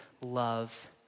love